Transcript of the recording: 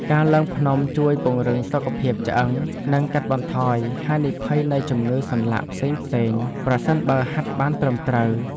ការឡើងភ្នំជួយពង្រឹងសុខភាពឆ្អឹង និងកាត់បន្ថយហានិភ័យនៃជំងឺសន្លាក់ផ្សេងៗ ប្រសិនបើហាត់បានត្រឹមត្រូវ។